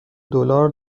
دلار